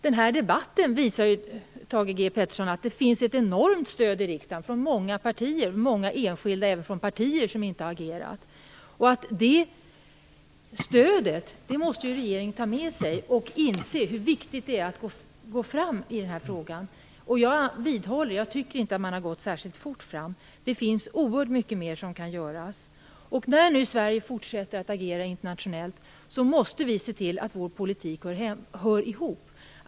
Den här debatten visar ju, Thage G Peterson, att det finns ett enormt stöd i riksdagen från många partier och även av enskilda i partier som inte har agerat. Det stödet måste ju regeringen ta med sig och inse hur viktigt det är att gå fram i den här frågan. Jag tycker inte att man har gått särskilt fort fram - jag vidhåller det. Det finns oerhört mycket mer som kan göras. När nu Sverige fortsätter att agera internationellt måste vi se till att vår politik hänger ihop.